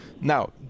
Now